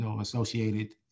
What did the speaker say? associated